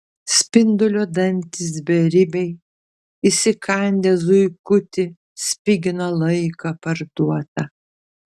spindulio dantys beribiai įsikandę zuikutį spigina laiką parduotą